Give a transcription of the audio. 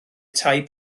tai